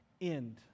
end